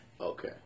Okay